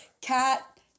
cat